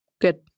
Good